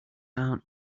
down